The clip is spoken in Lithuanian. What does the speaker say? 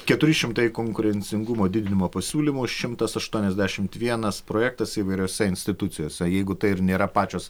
keturi šimtai konkurencingumo didinimo pasiūlymų šitmas aštuoniasdešimt vienas projektas įvairiose institucijose jeigu tai ir nėra pačios